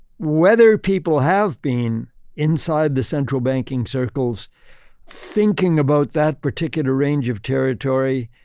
whether people have been inside the central banking circles thinking about that particular range of territory,